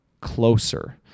closer